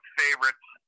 favorites